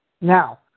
Now